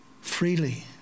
freely